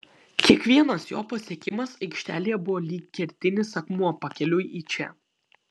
kiekvienas jo pasiekimas aikštelėje buvo lyg kertinis akmuo pakeliui į čia